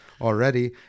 already